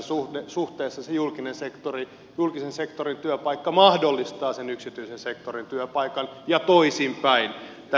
tässä suhteessa se julkisen sektorin työpaikka mahdollistaa sen yksityisen sektorin työpaikan ja toisinpäin